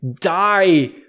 die